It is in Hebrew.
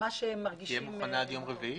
היא תהיה מוכנה עד יום רביעי?